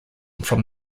from